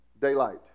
daylight